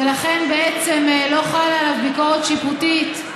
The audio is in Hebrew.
ולכן בעצם לא חלה עליו ביקורת שיפוטית,